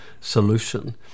solution